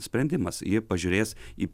sprendimas ji pažiūrės į